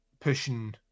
pushing